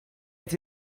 qed